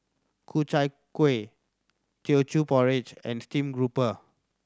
Ku Chai Kueh Teochew Porridge and stream grouper